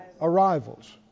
arrivals